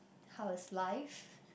how is life